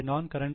C